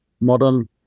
modern